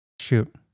shoot